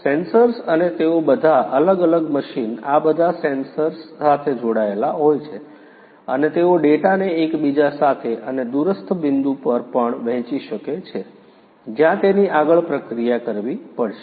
sensors અને તેઓ બધા અલગ અલગ મશીન આ સેન્સર્સ સાથે જોડાયેલા હોય છે અને તેઓ ડેટાને એકબીજા સાથે અને દૂરસ્થ બિંદુ પર પણ વહેંચી શકે છે જ્યાં તેની આગળ પ્રક્રિયા કરવી પડશે